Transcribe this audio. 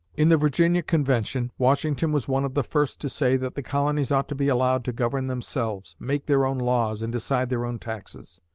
in the virginia convention, washington was one of the first to say that the colonies ought to be allowed to govern themselves, make their own laws and decide their own taxes.